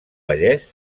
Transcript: vallès